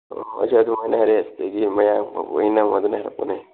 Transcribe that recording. ꯑꯣ ꯉꯁꯥꯏ ꯑꯗꯨꯃꯥꯏꯅ ꯍꯥꯏꯔꯛꯑꯦ ꯑꯗꯒꯤ ꯃꯌꯥꯡ ꯍꯥꯏꯔꯛꯄꯅꯦ